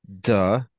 duh